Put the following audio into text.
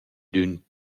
d’ün